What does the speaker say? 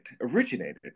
originated